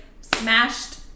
smashed